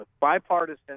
bipartisan